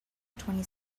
twenty